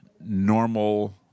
normal